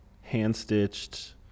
hand-stitched